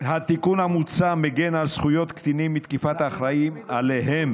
התיקון המוצע מגן על זכויות קטינים מתקיפת האחראים להם